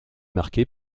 marquée